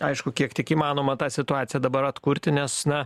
aišku kiek tik įmanoma tą situaciją dabar atkurti nes na